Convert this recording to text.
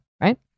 right